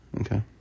okay